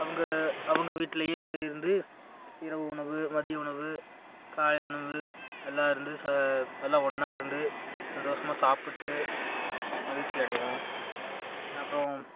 அவங்க அவங்க வீட்டிலையே இருந்து இரவு உணவு மதிய உணவு காலை உணவு எல்லாம் இருந்து சா எல்லாம் ஒன்றா இருந்து சந்தோஷமா சாப்பிட்டு மகிழ்ச்சி அடைவோம் அப்புறம்